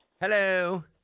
Hello